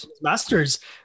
masters